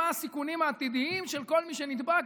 מה הסיכונים העתידיים של כל מי שנדבק,